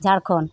Jharkhand